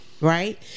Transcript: Right